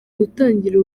gutangira